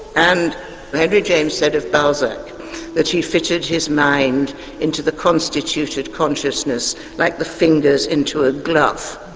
and henry james said of balzac that he fitted his mind into the constituted consciousness like the fingers into a glove.